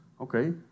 okay